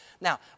Now